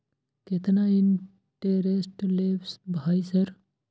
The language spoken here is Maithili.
केतना इंटेरेस्ट ले भाई सर?